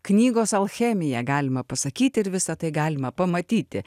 knygos alchemiją galima pasakyti ir visa tai galima pamatyti